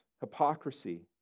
hypocrisy